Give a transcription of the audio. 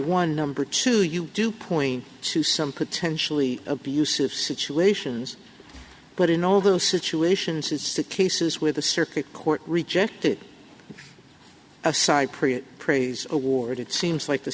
one number two you do point to some potentially abusive situations but in all those situations it's the cases where the circuit court rejected a cypress praise award it seems like the